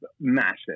massive